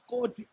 God